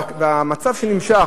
והמצב שנמשך,